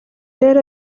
rero